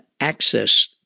access